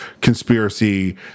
conspiracy